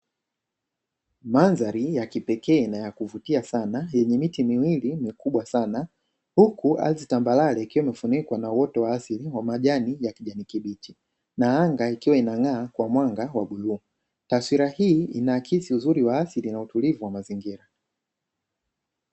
Mandhari ya kipekee na yakuvutia sana, yenye miti miwili mikubwa sana huku ardhi tambarare ikiwa imefunikwa na uoto wa asili na majani ya kijani kibichi na anga ikiwa inang'aa kwa rangi ya bluu. Taswira hii inaakisi uzuri wa asili na utulivu wa mazingira.